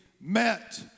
met